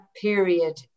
period